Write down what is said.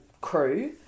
crew